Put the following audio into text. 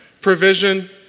Provision